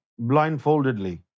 blindfoldedly